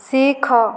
ଶିଖ